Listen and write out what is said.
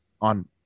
on